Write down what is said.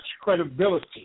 credibility